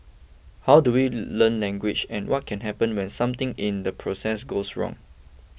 how do we learn language and what can happen when something in the process goes wrong